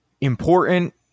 Important